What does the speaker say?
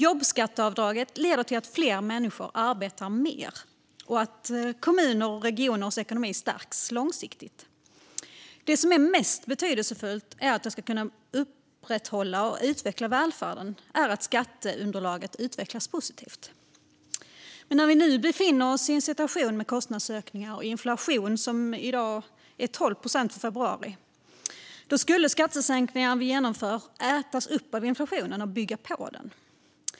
Jobbskatteavdraget leder till att fler människor arbetar mer och att kommuners och regioners ekonomi stärks långsiktigt. Det som är mest betydelsefullt för att vi ska kunna upprätthålla och utveckla välfärden är att skatteunderlaget utvecklas positivt. Men när vi nu befinner oss i en situation med kostnadsökningar och en inflation som var 12 procent i februari skulle skattesänkningarna vi genomför ätas upp av inflationen och bygga på den.